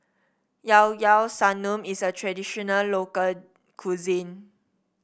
Llao Llao Sanum is a traditional local cuisine